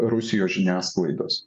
rusijos žiniasklaidos